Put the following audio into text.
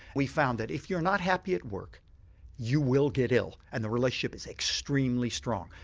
we found that if you're not happy at work you will get ill and the relationship is extremely strong.